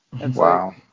Wow